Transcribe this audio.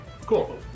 Cool